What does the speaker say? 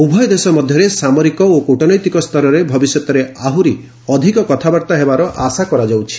ଉଭୟ ଦେଶ ମଧ୍ୟରେ ସାମରିକ ଓ କ୍ରଟନୈତିକ ସ୍ତରରେ ଭବିଷ୍ୟତରେ ଆହୁରି ଅଧିକ କଥାବାର୍ତ୍ତା ହେବାର ଆଶା କରାଯାଉଛି